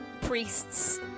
priests